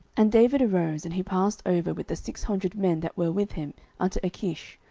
and david arose, and he passed over with the six hundred men that were with him unto achish,